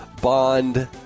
bond